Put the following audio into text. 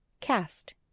Cast